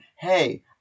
Hey